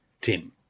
Tim